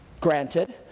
granted